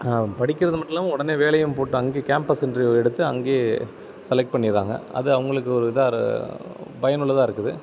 படிக்கிறது மட்டும் இல்லாமல் உடனே வேலையும் போட்டு அங்கே கேம்பஸ் இன்டர்வ்யு எடுத்து அங்கேயே செலக்ட் பண்ணிடுறாங்க அது அவங்களுக்கு ஒரு இதாக பயன்னுள்ளதாக இருக்குது